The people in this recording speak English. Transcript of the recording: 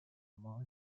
among